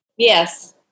Yes